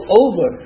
over